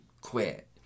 quit